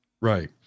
Right